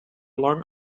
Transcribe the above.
lang